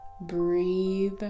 breathe